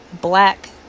black